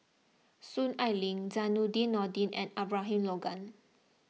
Soon Ai Ling Zainudin Nordin and Abraham Logan